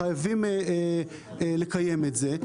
חייבים לקיים את זה.